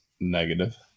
Negative